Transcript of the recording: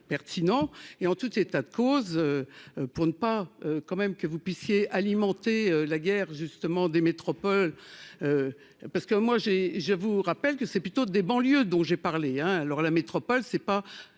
pertinent et en tout état de cause, pour ne pas quand même que vous puissiez alimenter la guerre justement des métropoles parce que moi j'ai, je vous rappelle que c'est plutôt des banlieues dont j'ai parlé, hein, alors la métropole c'est pas